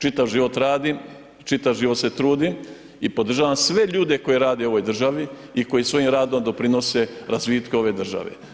Čitav život radim, čitav život se trudim i podržavam sve ljude koji rade u ovoj državi i koji svojim radom doprinose razvitku ove države.